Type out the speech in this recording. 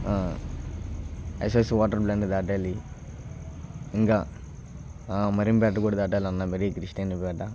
SS water plant దాటాలి ఇంకా మరింపేట కూడా దాటాలన్నా మరీ క్రిస్టెన్పేట